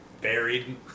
buried